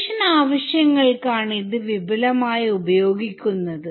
ഗവേഷണ ആവശ്യങ്ങൾക്കാണ് ഇത് വിപുലമായി ഉപയോഗിക്കുന്നത്